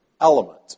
element